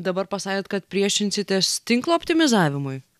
dabar pasakėt kad priešinsitės tinklo optimizavimui